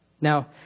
Now